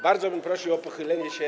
Bardzo bym prosił o pochylenie się.